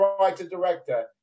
writer-director